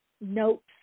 notes